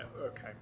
okay